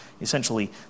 Essentially